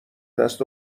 دست